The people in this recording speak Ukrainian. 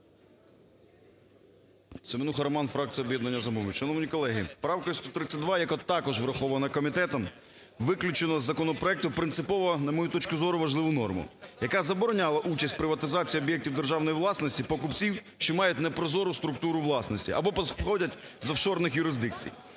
СеменухаРоман, фракція "Об'єднання "Самопоміч". Шановні колеги, правка 132, яка також врахована комітетом, виключено з законопроекту принципово, на мою точку зору, важливо норму, яка забороняла участь в приватизації об'єктів державної власності покупців, що мають непрозору структуру власності або походять з офшорних юрисдикцій.